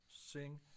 sing